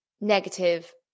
negative